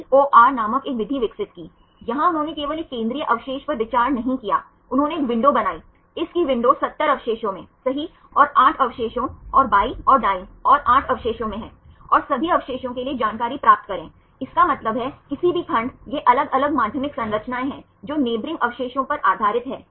इसलिए यदि हम किसी भी द्वितीयक संरचनाओं के बारे में चर्चा करते हैं तो यह मुख्य रूप से अवशेषों द्वारा बनाई जाती है जो मुख्य श्रृंखला में हैं न कि साइड चेन सही यह विभिन्न माध्यमिक संरचनाओं को परिभाषित करता है